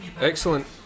excellent